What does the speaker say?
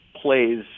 plays